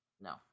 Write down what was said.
No